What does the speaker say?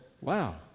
Wow